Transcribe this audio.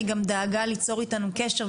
היא גם דאגה ליצור איתנו קשר,